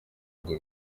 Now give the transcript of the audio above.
ngo